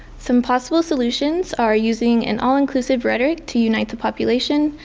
some possible solutions are using an all-inclusive rhetoric to unite the population,